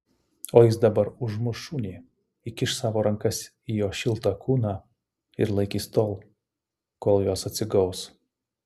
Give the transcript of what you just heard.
o jis dabar užmuš šunį įkiš savo rankas į jo šiltą kūną ir laikys tol kol jos atsigaus